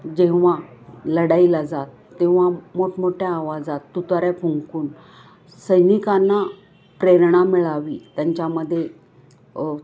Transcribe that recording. जेव्हा लढाईला जात तेव्हा मोठमोठ्या आवाजात तुतऱ्या फुंकून सैनिकांना प्रेरणा मिळावी त्यांच्यामदे